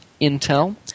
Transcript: Intel